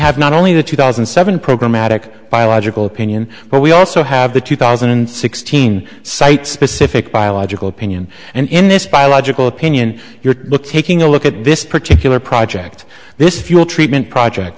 have not only the two thousand and seven programatic biological pinion but we also have the two thousand and sixteen site specific biological opinion and in this biological opinion your looks taking a look at this particular project this fuel treatment project